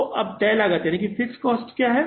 तो अब तय लागत क्या है